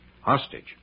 Hostage